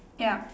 ya